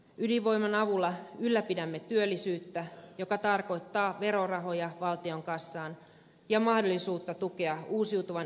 ydinvoiman avulla ylläpidämme työllisyyttä mikä tarkoittaa verorahoja valtion kassaan ja mahdollisuutta tukea uusiutuvan energian lisäystä